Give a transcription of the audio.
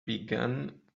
began